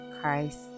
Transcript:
Christ